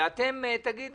תודה